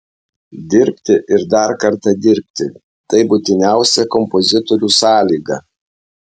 dirbti ir dar kartą dirbti tai būtiniausia kompozitoriui sąlyga